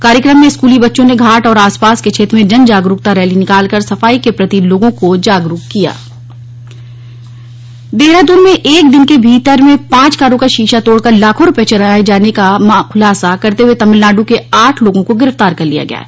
कार्यक्रम में स्कूली बच्चों ने घाट और आसपास के क्षेत्र में जन जागरुकता रैली निकालकर सफाई के प्रति लोगों को जागरुक किया गिरफ्तारी देहरादून में एक दिन के भीतर में पांच कारों का शीशा तोड़कर लाखों रुपए चुराने के मामले का खुलासा करते हुए तमिलनाड् के आठ लोगों को गिरफ्तार कर लिया गया है